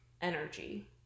energy